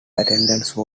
attendance